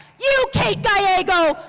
you, kate gallego,